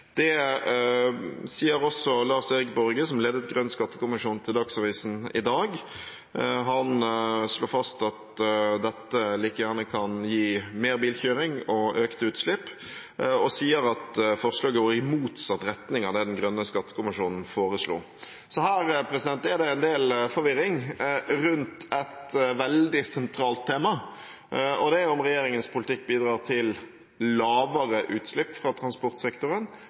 Det sier også Lars-Erik Borge, som ledet Grønn skattekommisjon, til Dagsavisen i dag. Han slår fast at dette like gjerne kan gi mer bilkjøring og økte utslipp, og sier at forslaget går i motsatt retning av det den grønne skattekommisjonen foreslo. Her er det en del forvirring rundt et veldig sentralt tema, det er om regjeringens politikk bidrar til lavere utslipp fra transportsektoren